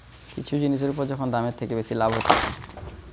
কিছু জিনিসের উপর যখন দামের থেকে বেশি লাভ হতিছে